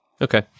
Okay